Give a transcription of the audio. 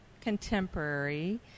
contemporary